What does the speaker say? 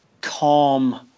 calm